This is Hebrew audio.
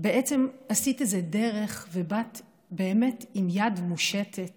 בעצם עשית איזו דרך ובאת באמת עם יד מושטת